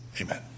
Amen